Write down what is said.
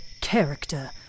character